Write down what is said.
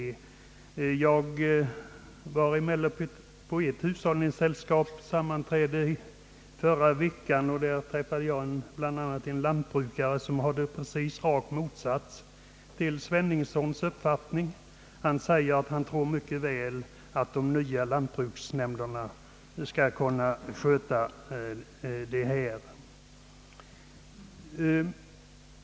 I förra veckan var jag med på ett hushållningssällskaps sammanträde och träffade där bl.a. en lantbrukare, som hade rakt motsatt uppfattning som herr Sveningsson, och han trodde att de nya lantbruksnämnderna mycket väl skall kunna sköta dessa uppgifter.